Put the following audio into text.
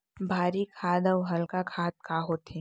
भारी खाद अऊ हल्का खाद का होथे?